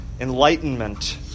enlightenment